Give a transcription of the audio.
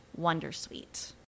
Wondersuite